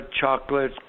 chocolate